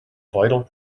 vital